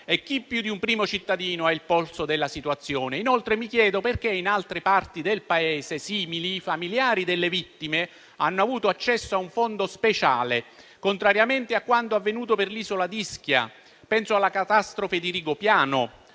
E chi più di un primo cittadino ha il polso della situazione? Inoltre, mi chiedo perché in simili altre parti del Paese i familiari delle vittime hanno avuto accesso a un fondo speciale, contrariamente a quanto avvenuto per l'isola di Ischia. Penso alla catastrofe di Rigopiano,